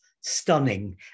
stunning